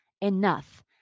enough